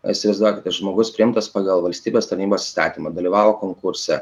įsivaizduokite žmogus priimtas pagal valstybės tarnybos įstatymą dalyvavo konkurse